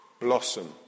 blossom